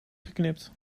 geknipt